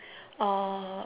uh